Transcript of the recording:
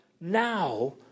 now